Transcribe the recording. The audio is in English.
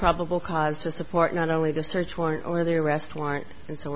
probable cause to support not only the search warrant or the arrest warrant and so